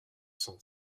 sens